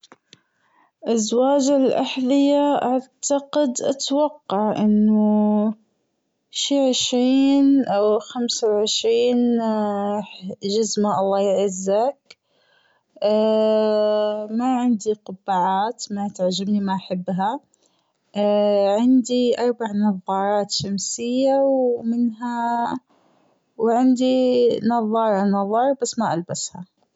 أزواج الأحذية أعتقد أتوقع أنه شي عشرين أو خمس وعشرين جزمة الله يعزك ماعندي قبعات ما تعجبني ما حبها عندي أربع نظارات شمسية ومنها وعندي نظارة نظر بس ما ألبسها.